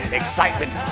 excitement